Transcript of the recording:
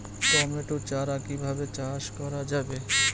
Tomato চারা কিভাবে চাষ করা যাবে?